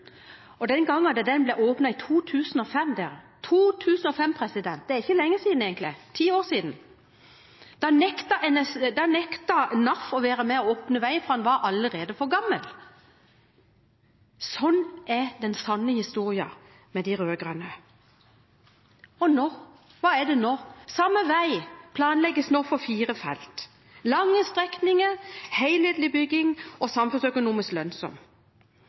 og en merker dragsuget på denne broen. Den gangen da den ble åpnet i 2005 – og 2005 er egentlig ikke lenge siden, ti år siden – nektet NAF å være med på å åpne veien, for den var allerede for gammel. Sånn er den sanne historien om de rød-grønne. Og hvordan er det nå? Samme vei planlegges nå for fire felt med lange strekninger, helhetlig bygging, og det er samfunnsøkonomisk